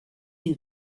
you